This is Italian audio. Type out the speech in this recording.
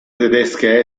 tedesche